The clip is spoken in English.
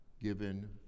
given